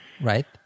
Right